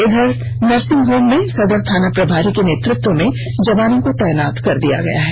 इघर nursing home में सदर थाना प्रभारी के नेतृत्व में जवानों को तैनात कर दिया गया है